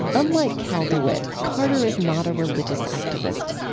unlike cal dewitt, carter is not a religious activist,